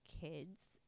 kids